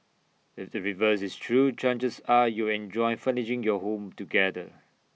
if the reverse is true chances are you'll enjoy furnishing your home together